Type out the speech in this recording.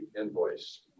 invoice